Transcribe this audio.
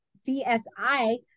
C-S-I